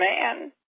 man